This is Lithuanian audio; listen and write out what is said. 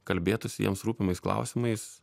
kalbėtųsi jiems rūpimais klausimais